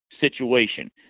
situation